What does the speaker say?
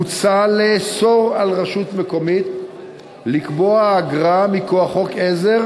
מוצע לאסור על רשות מקומית לקבוע אגרה מכוח חוק עזר